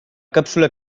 cápsula